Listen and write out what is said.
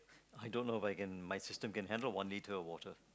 I don't know If I can my systems can handle one liter of water